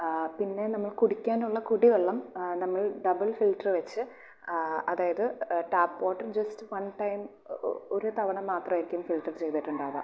പിന്നേ നമ്മൾ കുടിക്കാനുള്ള കുടി വെള്ളം നമ്മൾ ഡബിൾ ഫിൽറ്റ്റ് വച്ച് അതായത് tap water just one time ഒരു തവണ മാത്രമായിരിക്കും ഫിൽറ്റർ ചെയ്തിട്ട് ഉണ്ടാവുക